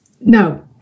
No